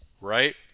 right